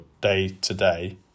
day-to-day